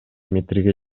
метрге